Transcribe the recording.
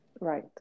Right